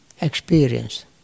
experience